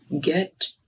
Get